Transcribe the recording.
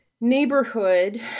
neighborhood